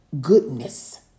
goodness